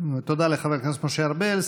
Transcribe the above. תודה לחבר הכנסת משה ארבל.